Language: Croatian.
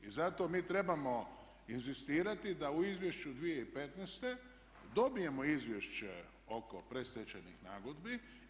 I zato mi trebamo inzistirati da u izvješću 2015. dobijemo izvješće oko predstečajnih nagodbi.